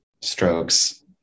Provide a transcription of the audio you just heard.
strokes